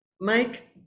mike